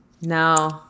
No